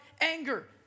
anger